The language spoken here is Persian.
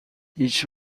هیچ